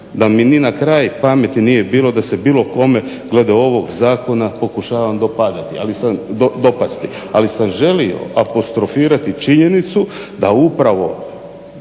da mi ni na kraj pameti nije bilo da se bilo kome glede ovog zakona pokušavam dopadati. Dopasti. Ali sam želio apostrofirati činjenicu da upravo